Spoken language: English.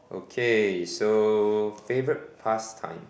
okay so favourite pastime